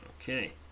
Okay